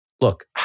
Look